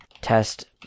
test